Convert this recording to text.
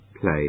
Play